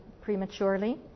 prematurely